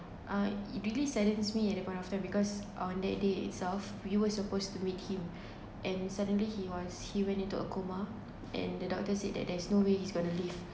uh i~ it really saddens me at that point of time because on that day itself we were supposed to meet him and suddenly he was he went into a coma and the doctor said that there is no way he's gonna live